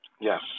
Yes